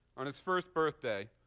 on its first birthday,